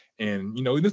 and, you know,